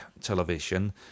television